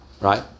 right